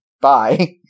Bye